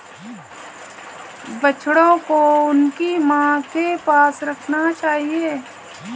बछड़ों को उनकी मां के पास रखना चाहिए